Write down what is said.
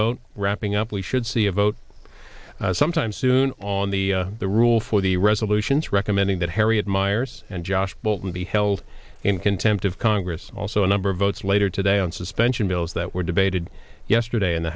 vote wrapping up we should see a vote sometime soon on the the rule for the resolutions recommending that harriet miers and josh bolton be held in contempt of congress also a number of votes later today on suspension bills that were debated yesterday in the